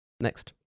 next